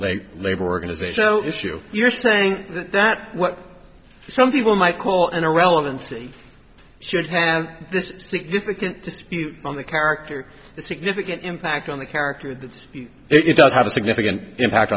late labor organization issue you're saying that what some people might call an irrelevancy should have this significant dispute on the character significant impact on the character that it does have a significant impact